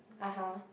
(uh huh)